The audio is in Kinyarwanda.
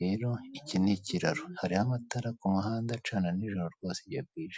rero iki ni ikiraro hariho amatara ku muhanda acana nijoro rwose iyo bwije.